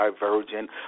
divergent